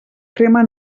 crema